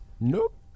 Nope